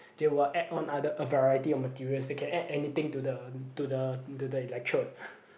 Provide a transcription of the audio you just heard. they will add on other a variety of materials they can add anything to the to the into the electrode